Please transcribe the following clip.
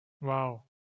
Wow